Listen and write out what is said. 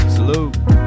Salute